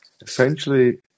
essentially